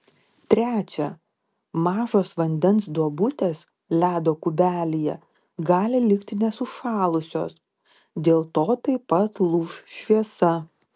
trečia mažos vandens duobutės ledo kubelyje gali likti nesušalusios dėl to taip pat lūš šviesa